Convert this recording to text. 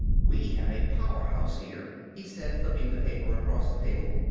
we have a powerhouse here, he said, flipping the paper across the table.